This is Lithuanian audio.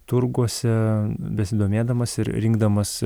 turguose besidomėdamas ir rinkdamas